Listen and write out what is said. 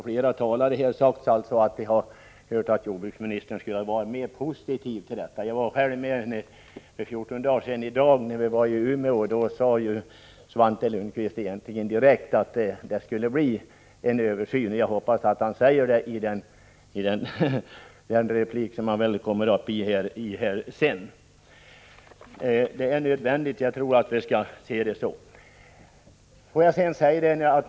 Flera talare har sagt här att jordbruksministern borde ha varit mer positiv. Jag var själv med i Umeå för i dag 14 dagar sedan, då Svante Lundkvist direkt uttalade att det skulle bli en översyn. Jag hoppas att han ger det beskedet också här i den replik som 135 han väl kommer upp senare. Jag tror att vi måste se det som nödvändigt med en översyn.